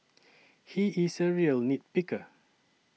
he is a real nit picker